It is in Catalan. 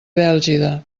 bèlgida